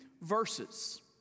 verses